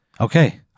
Okay